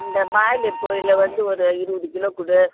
அந்த ப்ராய்லர் கோழியில வந்து ஒரு இருபது கிலோ கொடு